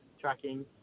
tracking